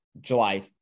July